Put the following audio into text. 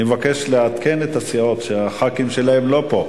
אני מבקש לעדכן את הסיעות שחברי הכנסת שלהן לא פה.